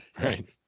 right